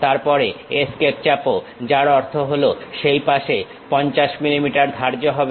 তারপরে এস্কেপ চাপো যার অর্থ হলো সেই পাশে 50 মিলিমিটার ধার্য হবে